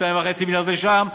2.5 מיליארד לשם,